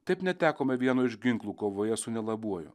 taip netekome vieno iš ginklų kovoje su nelabuoju